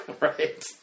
Right